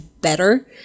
better